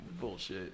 Bullshit